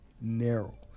narrow